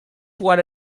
wara